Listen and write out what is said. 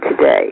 today